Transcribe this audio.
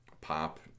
pop